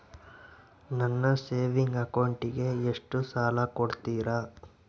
ನನ್ನ ಸೇವಿಂಗ್ ಅಕೌಂಟಿಗೆ ಎಷ್ಟು ಸಾಲ ಕೊಡ್ತಾರ?